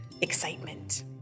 excitement